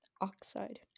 Oxide